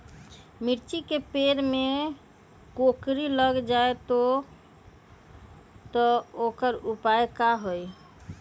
मिर्ची के पेड़ में कोकरी लग जाये त वोकर उपाय का होई?